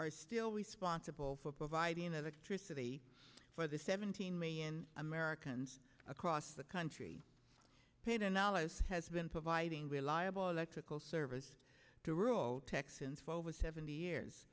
are still responsible for providing electricity for the seventeen million americans across the country paid in dollars has been providing reliable electrical service to rural texans for over seventy years